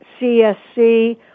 CSC